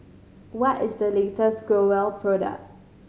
what is the latest Growell product